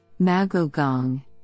Magogong